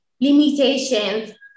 limitations